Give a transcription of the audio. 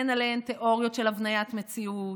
אין עליהן תיאוריות של הבניית מציאות,